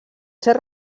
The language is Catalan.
ser